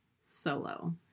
Solo